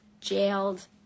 jailed